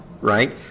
right